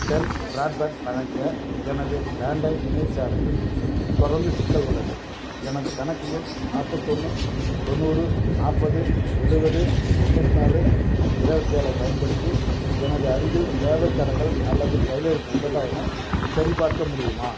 ten broadband வழங்கிய எனது landline இணையச் சேவையில் தொடர்ந்து சிக்கல் உள்ளது எனது கணக்கு எண் நாற்பத்தொன்னு தொண்ணூறு நாற்பது எழுவது தொண்ணூற்றி நாலு இருபத்தி ஏழு ஐப் பயன்படுத்தி எனது அருகில் சேவைத் தடங்கல் அல்லது செயலிழப்பு உள்ளதா எனச் சரிபார்க்க முடியுமா